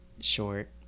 short